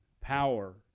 power